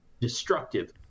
destructive